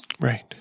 Right